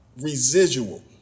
residual